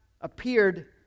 appeared